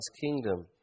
kingdom